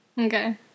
Okay